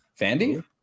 Fandy